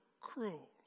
cruel